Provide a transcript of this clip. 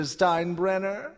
Steinbrenner